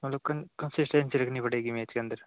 मतलब कन काफी स्ट्रेंथ रखनी पड़ेगी मेच के अंदर